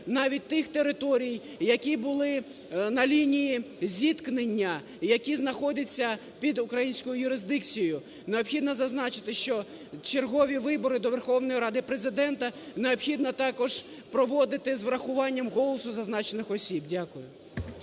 навіть тих територій, які були на лінії зіткнення і які знаходяться під українською юрисдикцією. Необхідно зазначити, що чергові вибори до Верховної Ради, Президента необхідно також проводити з врахуванням голосу зазначених осіб. Дякую.